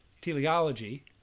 teleology